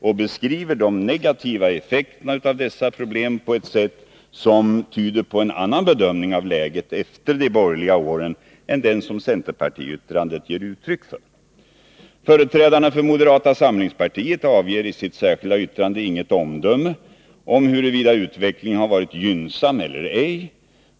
Och han beskriver de negativa effekterna av dessa problem på ett sätt som tyder på en annan bedömning av läget efter de borgerliga åren än den som centerpartiyttrandet ger uttryck för. Företrädarna för moderata samlingspartiet avger i sitt särskilda yttrande inget omdöme om huruvida utvecklingen har varit gynnsam eller ej.